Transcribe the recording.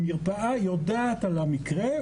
המרפאה יודעת על המקרה,